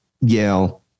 Yale